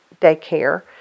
daycare